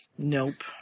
Nope